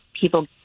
people